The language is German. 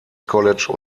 college